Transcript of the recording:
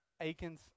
Aiken's